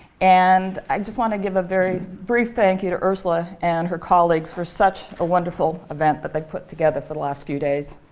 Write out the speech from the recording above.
and i just want to give a very brief thank you to ursula and her colleagues for such a wonderful event that they put together for the last few days.